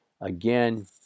again